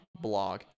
blog